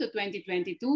2022